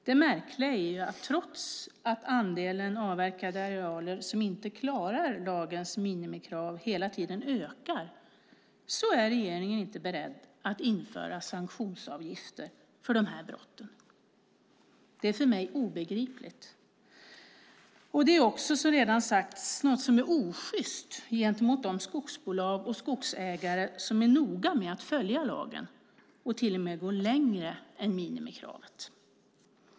Det märkliga är att trots att andelen avverkade arealer som inte klarar lagens minimikrav hela tiden ökar är regeringen inte beredd att införa sanktionsavgifter för dessa brott. Det är för mig obegripligt. Det är också, som redan har sagts, något som är osjyst gentemot de skogsbolag och skogsägare som är noga med att följa lagen och till och med gå längre än minimikravet.